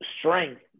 strength